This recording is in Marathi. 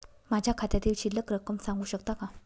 माझ्या खात्यातील शिल्लक रक्कम सांगू शकता का?